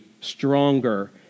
stronger